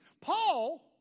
Paul